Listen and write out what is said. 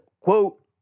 quote